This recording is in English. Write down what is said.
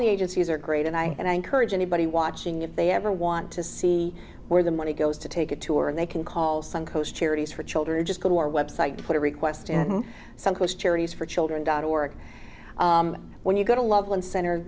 the agencies are great and i and i encourage anybody watching if they ever want to see where the money goes to take a tour and they can call some coast charities for children just go to our website put a request in some course charities for children dot org when you go to loveland center